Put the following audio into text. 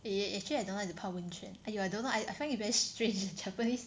eh actually I don't like to 泡温泉 !aiya! I don't know I I find it very strange Japanese